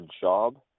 job